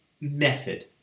method